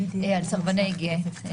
על סרבני גט.